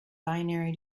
binary